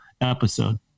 episode